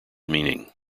meaning